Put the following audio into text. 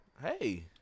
Hey